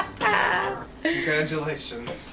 Congratulations